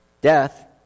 Death